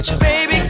Baby